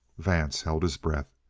vance held his breath.